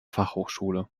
fachhochschule